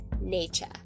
nature